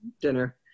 dinner